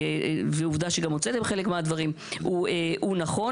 ועובדה שגם הוצאתם חלק מהדברים, הוא נכון.